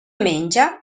menja